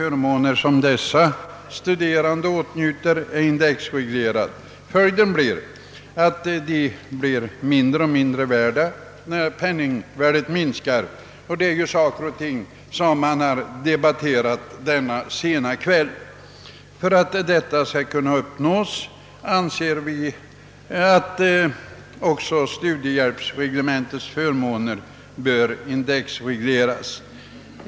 Ingen av dessa förmåner är indexreglerad, vilket har till följd att de blir mindre värda när penningvärdet försämras. För att råda bot på detta missförhållande anser vi att också studiehjälpsreglementets förmåner bör indexregleras.